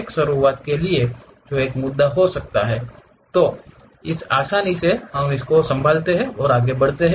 एक शुरुआत के लिए जो एक मुद्दा हो सकता है ताकि आसानी से संभाला जा सके